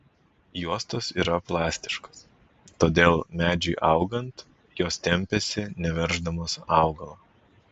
juostos yra plastiškos todėl medžiui augant jos tempiasi neverždamos augalo